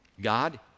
God